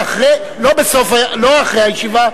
ברשותכם, אנחנו ממשיכים בסדר-היום.